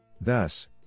Thus